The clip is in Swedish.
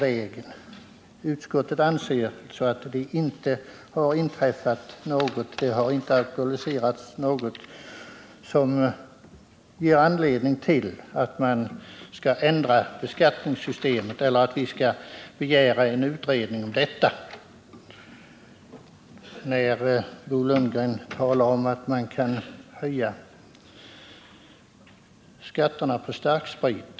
Utskottet anser därför att det inte har inträffat något som ger anledning att ändra beskattningssystemet eller begära en utredning om detta. Bo Lundgren talade om att man kan höja skatterna på starksprit.